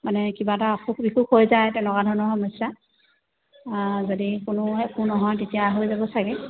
মানে কিবা এটা অসুখ বিসুখ হৈ যায় তেনেকুৱা ধৰণৰ সমস্যা যদি কোনো একো নহয় তেতিয়া হৈ যাব চাগে